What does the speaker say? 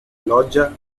lodger